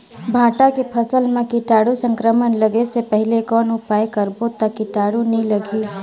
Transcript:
भांटा के फसल मां कीटाणु संक्रमण लगे से पहले कौन उपाय करबो ता कीटाणु नी लगही?